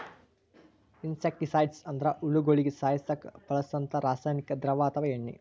insecticides ಅಂದ್ರ ಹುಳಗೋಳಿಗ ಸಾಯಸಕ್ಕ್ ಬಳ್ಸಂಥಾ ರಾಸಾನಿಕ್ ದ್ರವ ಅಥವಾ ಎಣ್ಣಿ